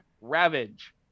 ravage